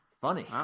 Funny